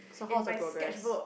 in my sketchbook